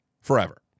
Forever